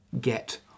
get